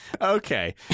Okay